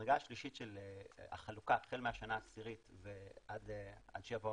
המדרגה השלישית של החלוקה החל מהשנה העשירית ו עד שיבוא